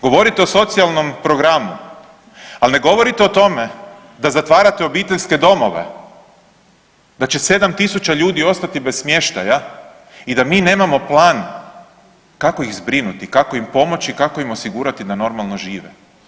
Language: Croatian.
Govorite o socijalnom programu ali ne govorite o tome da zatvarate obiteljske domove, da će 7000 ljudi ostati bez smještaja i da mi nemamo plan kako ih zbrinuti, kako im pomoći, kako im osigurati da normalno žive.